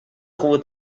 rua